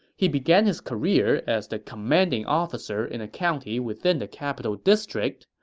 he began his career as the commanding officer in a county within the capital district.